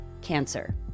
Cancer